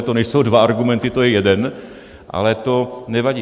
To nejsou dva argumenty, to je jeden, ale to nevadí.